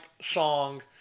song